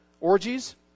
orgies